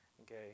okay